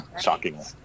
Shockingly